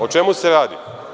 O čemu se radi?